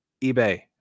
ebay